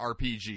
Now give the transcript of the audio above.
RPG